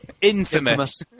Infamous